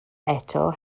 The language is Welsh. eto